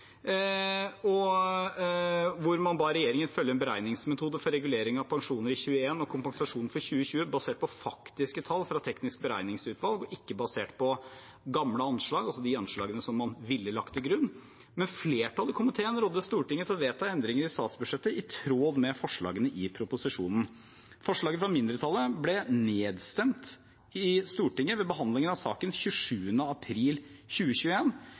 hvor man ba regjeringen følge en beregningsmetode for regulering av pensjoner i 2021 og kompensasjon for 2020 basert på faktiske tall fra Teknisk beregningsutvalg, ikke basert på gamle anslag, altså de anslagene som man ville lagt til grunn. Men flertallet i komiteen rådde Stortinget til å vedta endringer i statsbudsjettet i tråd med forslagene i proposisjonen. Forslaget fra mindretallet ble nedstemt i Stortinget ved behandlingen av saken 27. april